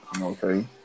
Okay